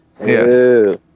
Yes